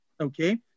okay